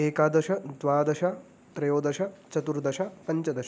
एकादश द्वादश त्रयोदश चतुर्दश पञ्चदश